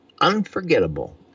Unforgettable